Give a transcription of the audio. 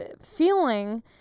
feeling